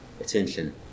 attention